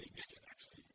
gadget actually